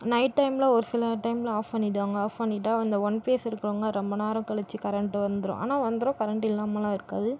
night டைம்ல ஒரு சில டைம்ல ஆஃப் பண்ணிடுவாங்கள் ஆஃப் பண்ணிட்டால் அந்த ஒன் ஃபேஸ் இருக்கிறவங்க ரொம்ப நேரம் கழிச்சி கரெண்ட்டு வந்துடும் ஆனால் வந்துடும் கரெண்ட் இல்லாமலாம் இருக்காது